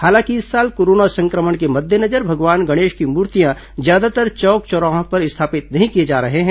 हालांकि इस साल कोरोना संक्रमण के मद्देनजर भगवान गणेश की मूर्तियां ज्यादातर चौक चौराहों में स्थापित नहीं किए जा रहे हैं